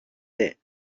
that